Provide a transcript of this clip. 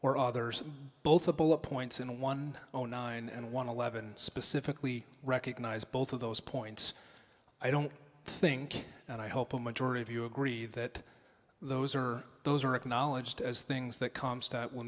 or others both a bullet points in one zero zero nine and one eleven specifically recognized both of those points i don't think and i hope a majority of you agree that those are those are acknowledged as things that come stat w